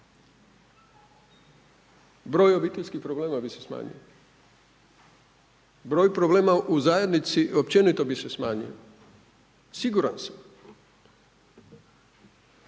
Broj obiteljskih problema bi se smanjio, broj problema u zajednici općenito bi se smanjio, siguran sam.